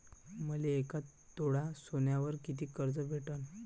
मले एक तोळा सोन्यावर कितीक कर्ज भेटन?